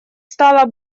стало